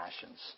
passions